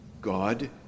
God